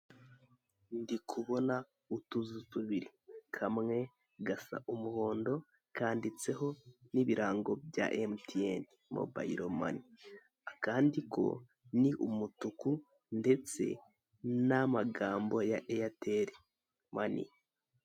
Ndi kubona utuzu tubiri, kamwe gasa umuhondo kanditseho n'ibirango bya emutiyene mobayiro mani. Akandi ko ni umutuku ndetse n'amagambo ya eyateri mani.